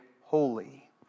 holy